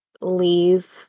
leave